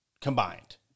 combined